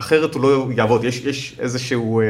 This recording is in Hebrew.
אחרת הוא לא יעבוד, יש איזה שהוא